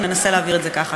וננסה להעביר את זה ככה.